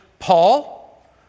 Paul